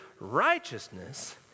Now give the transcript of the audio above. righteousness